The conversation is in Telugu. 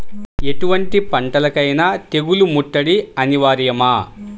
ఎటువంటి పంటలకైన తెగులు ముట్టడి అనివార్యమా?